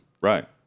Right